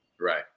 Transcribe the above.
Right